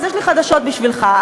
יש לי חדשות בשבילך,